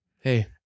hey